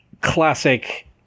classic